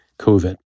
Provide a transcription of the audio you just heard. COVID